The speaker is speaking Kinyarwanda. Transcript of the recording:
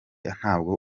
ntabwo